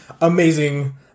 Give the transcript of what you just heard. Amazing